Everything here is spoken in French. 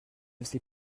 sait